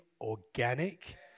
organic